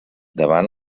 davant